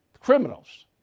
Criminals